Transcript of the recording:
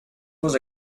was